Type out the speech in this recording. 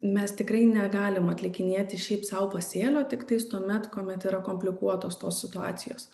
mes tikrai negalim atlikinėti šiaip sau pasėlio tiktais tuomet kuomet yra komplikuotos tos situacijos